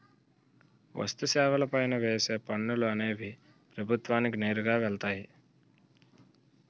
వస్తు సేవల పైన వేసే పనులు అనేవి ప్రభుత్వానికి నేరుగా వెళ్తాయి